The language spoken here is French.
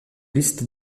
liste